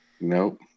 Nope